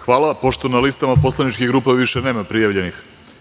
Hvala. Pošto na listama poslaničkih grupa više nema prijavljenih,